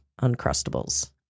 Uncrustables